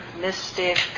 mystic